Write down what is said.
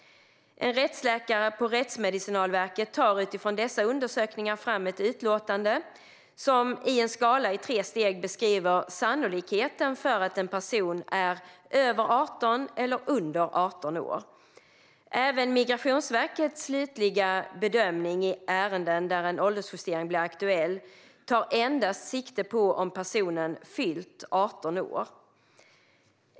En rättsläkare på Rättsmedicinalverket tar utifrån dessa undersökningar fram ett utlåtande som i en skala i tre steg beskriver sannolikheten för att en person är över eller under 18 år. Även Migrationsverkets slutliga bedömning i ärenden där en åldersjustering blir aktuell tar endast sikte på om personen fyllt 18 år.